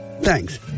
Thanks